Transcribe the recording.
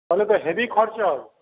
তাহলে তো হেবি খরচা